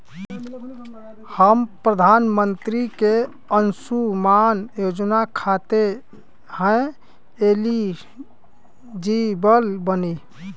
हम प्रधानमंत्री के अंशुमान योजना खाते हैं एलिजिबल बनी?